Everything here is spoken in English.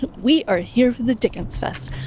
but we are here for the dickens fest.